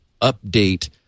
update